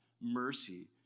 mercy